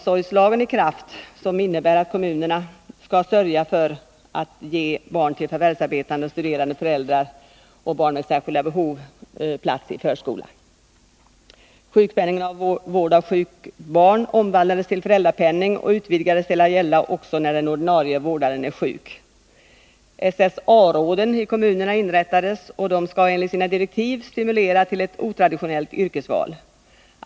SSA-råden i kommunerna inrättades, och dessa skall enligt direktiven bl.a. stimulera till ett otraditionellt yrkesval.